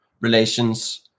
relations